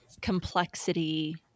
complexity